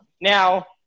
Now